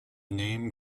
name